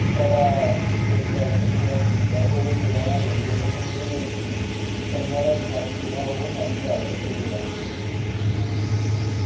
फिर में state level पर पुज्जेआ ओह्दे ई में रेही गेआ कन्ने आह्ला इक्क साथी हा ओह् नेशनल लेवल पर गेआ